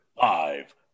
five